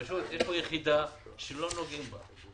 פשוט יש פה יחידה שלא נוגעים בה.